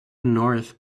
north